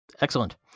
Excellent